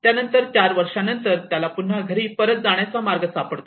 त्यानंतर 4 वर्षानंतर त्याला पुन्हा घरी परत जाणारा मार्ग सापडतो